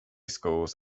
schools